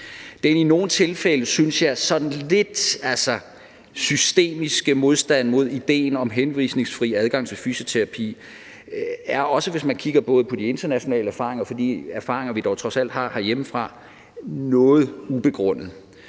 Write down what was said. Den i nogle tilfælde, synes jeg, sådan lidt systemiske modstand mod ideen om henvisningsfri adgang til fysioterapi, er også – både hvis man kigger på de internationale erfaringer og de erfaringer, vi dog trods alt har hjemmefra – noget ubegrundet.